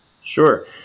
sure